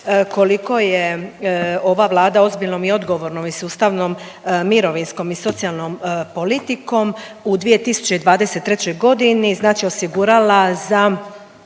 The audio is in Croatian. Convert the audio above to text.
koliko je ova Vlada ozbiljnom i odgovornom i sustavnom mirovinskom i socijalnom politikom u 2023. godini, znači osigurala za